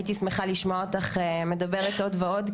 הייתי שמחה לשמוע אותך מדברת עוד ועוד,